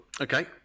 Okay